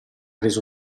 reso